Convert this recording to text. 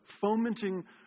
fomenting